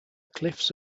cliffs